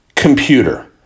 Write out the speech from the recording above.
Computer